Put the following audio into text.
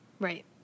right